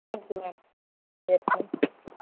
thank you ma'am சரி thank you